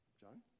John